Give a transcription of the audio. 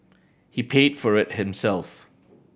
he paid for it himself